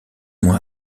mois